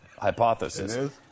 hypothesis